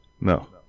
No